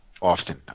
often